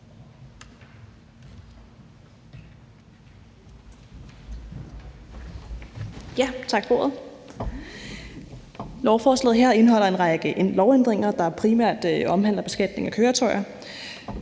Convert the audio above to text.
Tak for ordet. Lovforslaget her indeholder en række lovændringer, der primært omhandler beskatningen af køretøjer.